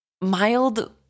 Mild